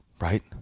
right